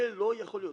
זה לא יכול להיות.